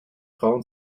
frauen